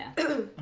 the